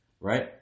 right